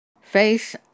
face